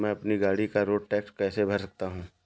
मैं अपनी गाड़ी का रोड टैक्स कैसे भर सकता हूँ?